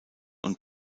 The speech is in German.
und